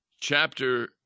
chapter